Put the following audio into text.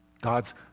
God's